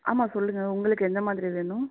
ஆமாம் சொல்லுங்கள் உங்களுக்கு எந்தமாதிரி வேணும்